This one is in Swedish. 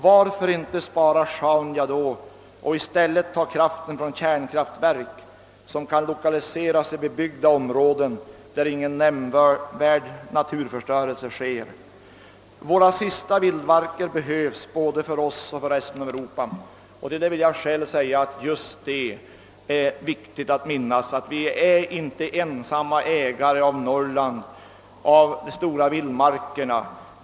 Varför inte spara Sjaunja då och i stället ta kraften från kärnkraftverk, som kan 1okaliseras i bebyggda områden där ingen nämnvärd naturförstörelse sker? Våra sista vildmarker behövs — både för oss och för resten av Europa.» Jag vill framhålla att just detta är viktigt att minnas, nämligen att vi inte ensamma är ägare till Norrland — de stora vildmarkerna.